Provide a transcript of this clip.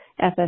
FSA